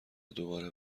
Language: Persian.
دوباره